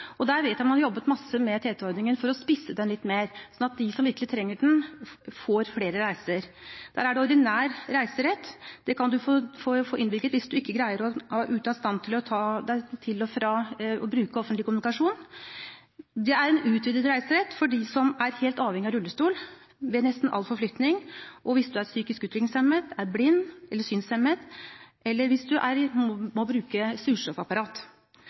og der vet jeg man har jobbet masse med TT-ordningen for å spisse den litt mer, slik at de som virkelig trenger det, får flere reiser. Der er det «ordinær reiserett», som du kan få innvilget hvis du er ute av stand til å bruke offentlig kommunikasjon. Det er en «utvidet reiserett» for dem som er helt avhengig av rullestol ved nesten all forflytning, og hvis du er psykisk utviklingshemmet, er blind eller synshemmet, eller hvis du må bruke surstoffapparat.